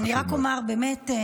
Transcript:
אני רק אומר מילה.